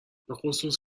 بخصوص